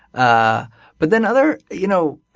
ah but then other you know,